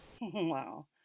Wow